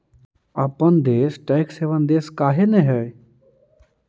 अपन देश tax haven देश काहे न हई?